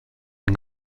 une